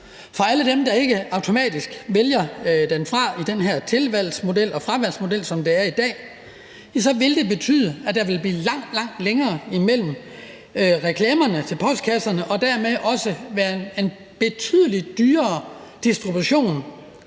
til alle dem, der ikke automatisk vælger dem fra i den her tilvalgs- og fravalgsmodel, som vi har i dag, vil det betyde, at der vil blive langt, langt længere imellem reklamerne til postkasserne, og det vil dermed også blive betydelig dyrere i